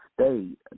state